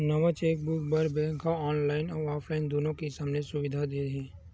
नवा चेकबूक बर बेंक ह ऑनलाईन अउ ऑफलाईन दुनो किसम ले सुबिधा दे हे